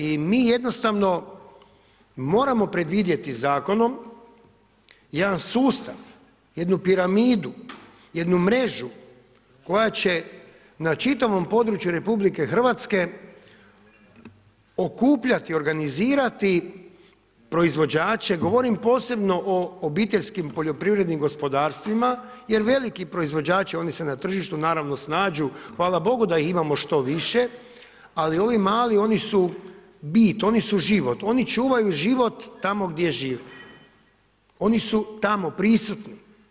I mi jednostavno moramo predvidjeti zakonom jedan sustav, jednu piramidu, jednu mrežu koja će na čitavom području RH okupljati, organizirati proizvođače, govorim posebno o obiteljskim poljoprivrednim gospodarstvima jer veliki proizvođači, oni se na tržištu naravno snađu, hvala bogu da ih imamo što više, ali ovi mali oni su bit, oni su život, oni čuvaju život tamo gdje žive, oni su tamo prisutni.